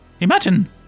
Imagine